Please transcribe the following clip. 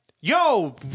Yo